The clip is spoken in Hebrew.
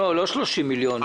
זה לא 30 מיליון שקל.